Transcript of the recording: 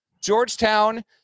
Georgetown